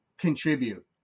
contribute